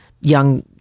young